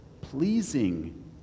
pleasing